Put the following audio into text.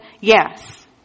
yes